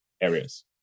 areas